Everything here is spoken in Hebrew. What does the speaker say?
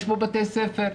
יש בתי ספר,